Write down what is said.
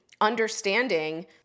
understanding